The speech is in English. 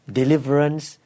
deliverance